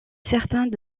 certains